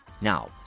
now